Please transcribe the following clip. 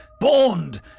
Bond